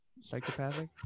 psychopathic